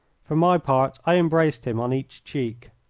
for my part i embraced him on each cheek.